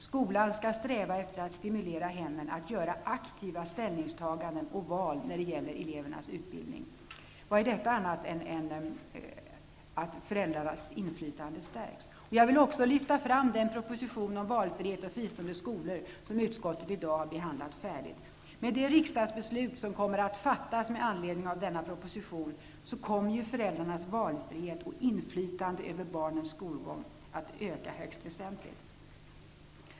Skolan skall sträva efter att stimulera hemmen att göra aktiva ställningstaganden och val när det gäller elevernas utbildning.'' Vad är detta annat än att föräldrarnas inflytande stärks? Jag vill också lyfta fram den proposition om valfrihet och fristående skolor som utskottet i dag har behandlat färdigt. Med det riksdagsbeslut som kommer att fattas med anledning av denna proposition kommer föräldrarnas valfrihet och inflytande över barnens skolgång att öka högst väsentligt.